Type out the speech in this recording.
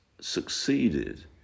succeeded